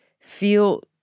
feel